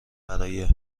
برای